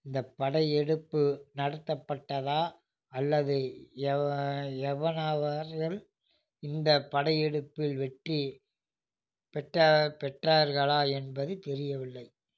இந்தப் படையெடுப்பு நடத்தப்பட்டதா அல்லது எவ எவனாவரும் இந்தப் படையெடுப்பில் வெற்றி பெற்ற பெற்றார்களா என்பது தெரியவில்லை